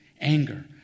Anger